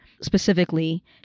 specifically